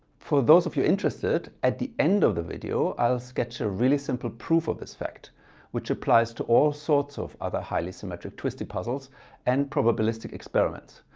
for those of you interested, at the end of the video i'll sketch a really simple proof of this fact which applies to all sorts of other highly symmetric twisty puzzles and probabilistic experiments.